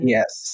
Yes